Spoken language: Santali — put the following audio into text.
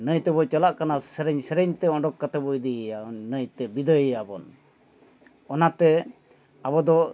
ᱱᱟᱹᱭ ᱛᱮᱵᱚ ᱪᱟᱞᱟᱜ ᱠᱟᱱᱟ ᱥᱮᱨᱮᱧ ᱥᱮᱨᱮᱧ ᱛᱮ ᱚᱰᱚᱠ ᱠᱟᱛᱮ ᱵᱚ ᱤᱫᱤᱭᱮᱭᱟ ᱱᱟᱹᱭ ᱛᱮ ᱵᱤᱫᱟᱹᱭᱮᱭᱟᱵᱚᱱ ᱚᱱᱟᱛᱮ ᱟᱵᱚ ᱫᱚ